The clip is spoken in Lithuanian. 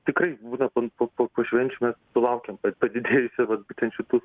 tikrai būna pon po po po švenčių mes sulaukiam kad padidėjusi vat būtent šitų